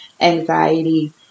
anxiety